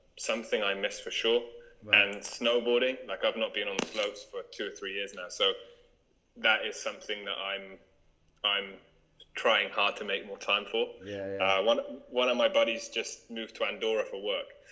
something i miss for sure and snowboarding like i've not being on the slopes for two or three years now, so that is something that i'm i'm trying hard to make more time for yeah one one of my buddies just moved to andorra for work.